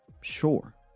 Sure